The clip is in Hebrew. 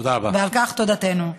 ועל כך תודתנו.